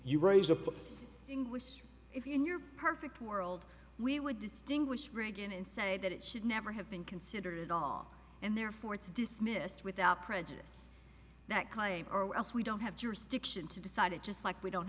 you raise a point if you in your perfect world we would distinguish reagan and say that it should never have been considered at all and therefore it's dismissed without prejudice that claim or else we don't have jurisdiction to decide it just like we don't